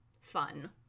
fun